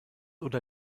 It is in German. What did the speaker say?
oder